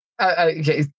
Okay